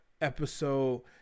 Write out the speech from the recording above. episode